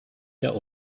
der